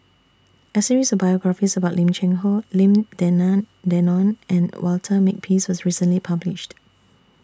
A series of biographies about Lim Cheng Hoe Lim Denan Denon and Walter Makepeace was recently published